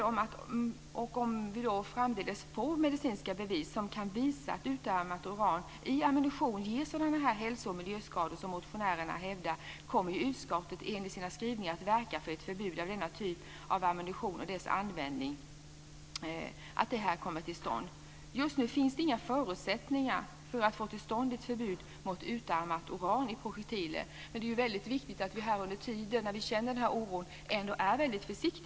Om vi framdeles får medicinska bevis på att utarmat uran i ammunition ger sådana hälso och miljöskador som motionärerna hävdar kommer utskottet enligt sina skrivningar att verka för ett förbud av denna typ av ammunition och dess användning. Just nu finns det inga förutsättningar för att få till stånd ett förbud mot utarmat uran i projektiler. Men det är väldigt viktigt att vi under tiden, när vi känner denna oro, ändå är väldigt försiktiga.